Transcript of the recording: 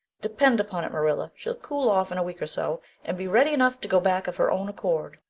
depend upon it, marilla, she'll cool off in a week or so and be ready enough to go back of her own accord,